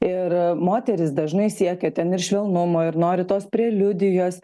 ir moterys dažnai siekia ten ir švelnumo ir nori tos preliudijos